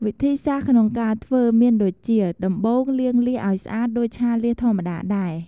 វិធីសាស្រ្តក្នុងការធ្វើ មានដូចជា ដំបូង លាងលៀសឱ្យស្អាតដូចឆាលៀសធម្មតាដែរ។